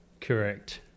Correct